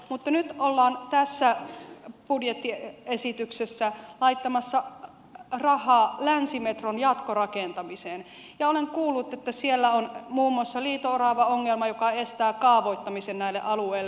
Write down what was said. mutta nyt ollaan tässä budjettiesityksessä laittamassa rahaa länsimetron jatkorakentamiseen ja olen kuullut että siellä on muun muassa liito oravaongelma joka estää kaavoittamisen näille alueille